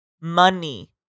money